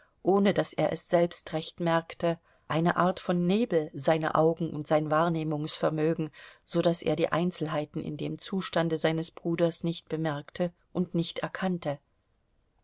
ohne daß er es selbst recht merkte eine art von nebel seine augen und sein wahrnehmungsvermögen so daß er die einzelheiten in dem zustande seines bruders nicht bemerkte und nicht erkannte